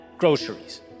Groceries